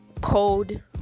code